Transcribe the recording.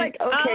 okay